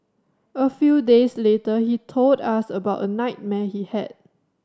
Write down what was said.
a few days later he told us about a nightmare he had